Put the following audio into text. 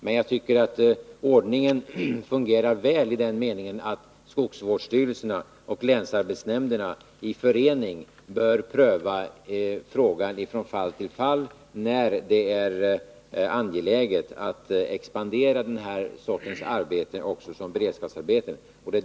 Men jag tycker att ordningen fungerar väli den meningen att skogsvårdsstyrelserna och länsarbetsnämnderna i förening får pröva från fall till fall huruvida det är angeläget att utvidga den här sortens arbete också som beredskapsarbeten.